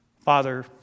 Father